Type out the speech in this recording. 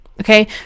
Okay